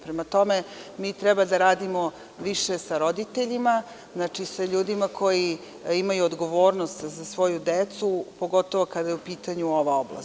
Prema tome, mi treba da radimo više sa roditeljima, sa ljudima koji imaju odgovornost za svoju decu, a pogotovo kada je u pitanju ova oblast.